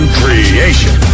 creation